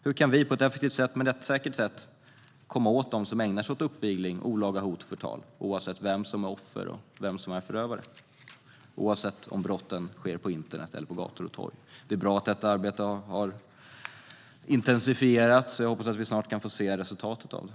Hur kan vi på ett effektivt och rättssäkert sätt komma åt dem som ägnar sig åt uppvigling, olaga hot och förtal, oavsett vem som är offer och vem som är förövare och oavsett om brotten sker på internet eller på gator och torg? Det är bra att detta arbete har intensifierats, och jag hoppas att vi snart får se resultatet av det.